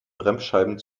bremsscheiben